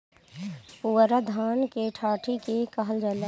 पुअरा धान के डाठी के कहल जाला